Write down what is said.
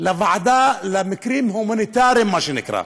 בקשה לוועדה למקרים הומניטריים, מה שנקרה,